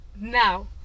now